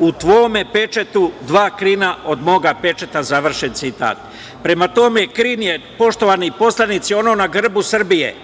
u tvom pečetu dva krina od moga pečeta.“ Prema tome, krin je, poštovani poslanici, ono na grbu Srbije.